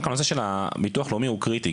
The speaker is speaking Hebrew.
הנושא של ביטוח לאומי הוא קריטי,